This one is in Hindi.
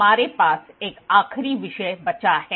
हमारे पास एक आखिरी विषय बचा है